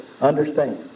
understand